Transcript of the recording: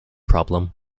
problem